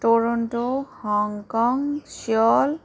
Toronto Hong Kong Seoul